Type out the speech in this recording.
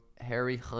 Harry